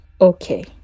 Okay